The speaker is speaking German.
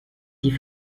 die